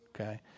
Okay